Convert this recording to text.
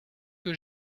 que